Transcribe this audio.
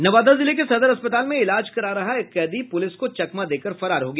नवादा जिले के सदर अस्पताल में इलाज करा रहा एक कैदी पुलिस को चकमा देकर फरार हो गया